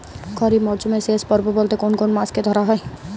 খরিপ মরসুমের শেষ পর্ব বলতে কোন কোন মাস কে ধরা হয়?